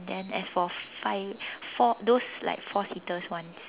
then as for five for those like four seater one